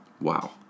Wow